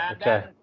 okay